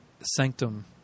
Sanctum